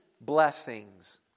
blessings